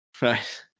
right